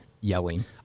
yelling